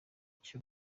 cyo